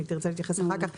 אולי היא תרצה להתייחס אחר כך.